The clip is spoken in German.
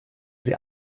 sie